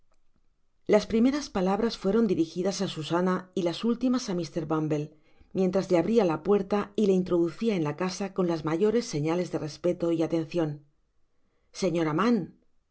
las primeras palabras fueron dirijidas á susana y las últimas á mr bumble mientras le abria la puerta y le introducia en la casa con las mayores señales de respeto y atencion señora mann